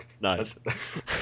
nice